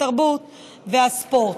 התרבות והספורט.